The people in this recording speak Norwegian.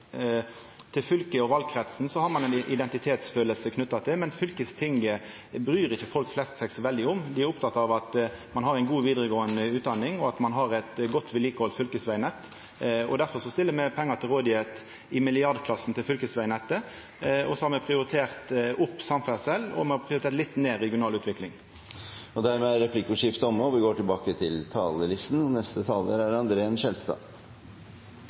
– fylket og valkretsen har ein ein identitetsfølelse knytt til, men fylkestinget bryr ikkje folk flest seg så veldig om. Dei er opptekne av at me har ei god vidaregåande utdanning, at me har eit godt vedlikehald på fylkesvegnettet. Difor stiller me pengar til rådigheit i milliardklassen til fylkesvegnettet. Og så har me prioritert opp samferdsel, og me har prioritert litt ned regional utvikling. Replikkordskiftet er omme.